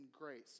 grace